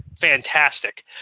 fantastic